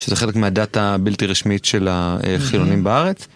שזה חלק מהדאטה הבלתי רשמית של החילונים בארץ.